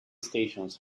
stations